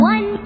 One